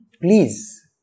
please